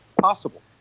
possible